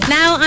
Now